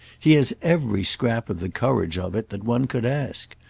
he has every scrap of the courage of it that one could ask.